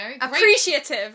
appreciative